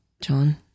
John